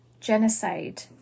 genocide